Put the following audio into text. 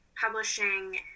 publishing